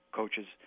coaches